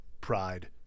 pride